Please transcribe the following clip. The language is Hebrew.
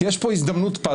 כי יש פה הזדמנות פז.